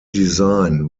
design